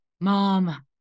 mom